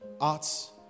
arts